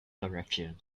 direction